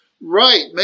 right